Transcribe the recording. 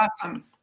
awesome